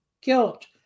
guilt